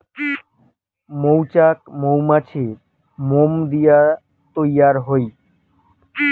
মৌচাক মৌমাছির মোম দিয়া তৈয়ার হই